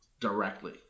directly